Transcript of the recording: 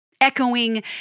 Echoing